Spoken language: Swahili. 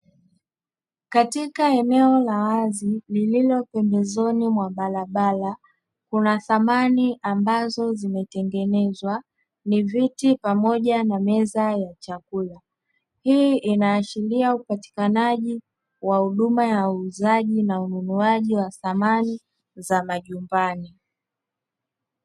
Katika eneo la wazi lililopembezoni mwa barabara kuna samani ambazo zimetengenezwa ni viti pamoja na meza ya chakula, hii inaashiria upatikajia wa huduma ya uuzaji na ununuaji wa samani za majumbani.